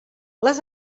les